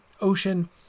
Ocean